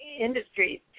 industries